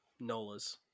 Nolas